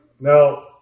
Now